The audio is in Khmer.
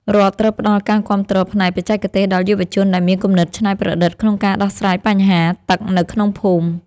រដ្ឋត្រូវផ្តល់ការគាំទ្រផ្នែកបច្ចេកទេសដល់យុវជនដែលមានគំនិតច្នៃប្រឌិតក្នុងការដោះស្រាយបញ្ហាទឹកនៅក្នុងភូមិ។